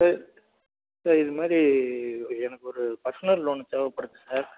sir sir இது மாதிரி எனக்கு ஒரு பர்சனல் லோன் தேவைப்படுது சார்